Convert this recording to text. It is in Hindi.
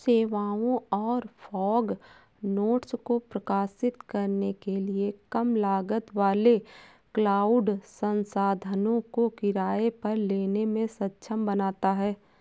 सेवाओं और फॉग नोड्स को प्रकाशित करने के लिए कम लागत वाले क्लाउड संसाधनों को किराए पर लेने में सक्षम बनाता है